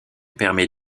permet